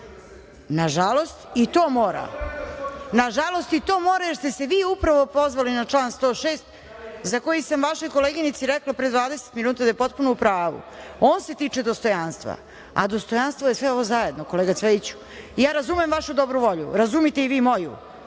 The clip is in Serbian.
jedan razlog, nažalost, i to mora, jer ste se vi upravo pozvali na član 106. za koji sam vašoj koleginici rekla pre 20 minuta da je potpuno u pravu. On se tiče dostojanstva, a dostojanstvo je sve ovo zajedno kolega Cvejiću. Razumem vašu dobru volju, razumite i vi moju,